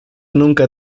nunca